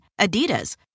Adidas